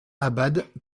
abad